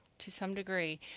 to some degree